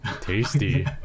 tasty